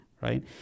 right